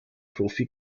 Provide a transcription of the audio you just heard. profi